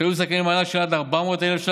מלבד צעדים אלה,